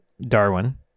Darwin